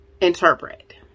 interpret